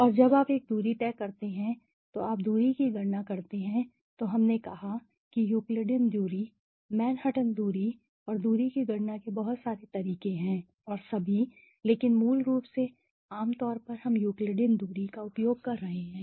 और जब आप एक दूरी तय करते हैं तो आप दूरी की गणना करते हैं तो हमने कहा कि यूक्लिडियन दूरी मैनहट्टन दूरी और दूरी की गणना के बहुत सारे तरीके हैं और सभी लेकिन मूल रूप से आमतौर पर हम यूक्लिडियन दूरी का उपयोग कर रहे हैं